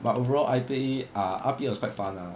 but overall R_P ah R_P was quite fun lah